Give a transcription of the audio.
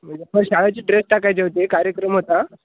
म्हणजे फ शाळाचे ड्रेस टाकायचे होते कार्यक्रम होता